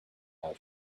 how